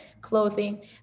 clothing